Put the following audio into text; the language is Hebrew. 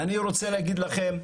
אני רוצה להגיד לכם,